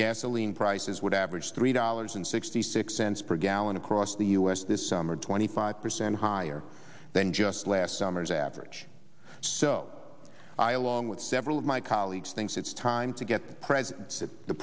gasoline prices would average three dollars and sixty six cents per gallon across the u s this summer twenty five percent higher than just last summer's average so i along with several of my colleagues thinks it's time to get the president at the